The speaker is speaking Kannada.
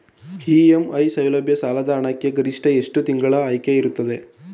ಇ.ಎಂ.ಐ ಸೌಲಭ್ಯ ಸಾಲದ ಹಣಕ್ಕೆ ಗರಿಷ್ಠ ಎಷ್ಟು ತಿಂಗಳಿನ ಆಯ್ಕೆ ಇರುತ್ತದೆ?